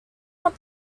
not